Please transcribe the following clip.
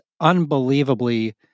unbelievably